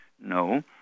No